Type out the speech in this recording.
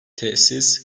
tesis